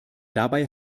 dabei